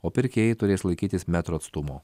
o pirkėjai turės laikytis metro atstumo